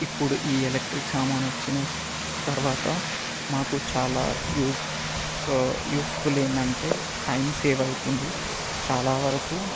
ఇప్పుడు ఈ ఎలక్ట్రిక్ సామాను వచ్చిన తర్వాత మాకు చాలా యూజ్ యూస్ఫుల్ ఏంటంటే టైం సేవ్ అవుతుంది చాలావరకు